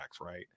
right